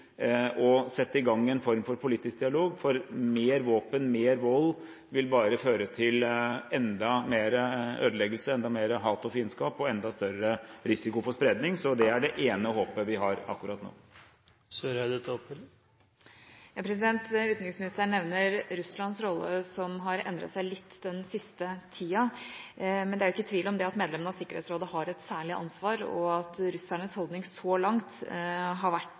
sette i gang en form for politisk dialog, for mer våpen, mer vold vil bare føre til enda mer ødeleggelser, enda mer hat og fiendskap, og enda større risiko for spredning. Så det er det ene håpet vi har akkurat nå. Utenriksministeren nevner Russlands rolle, som har endret seg litt den siste tida. Men det er jo ikke tvil om det at medlemmene av Sikkerhetsrådet har et særlig ansvar, og at russernes holdning så langt har vært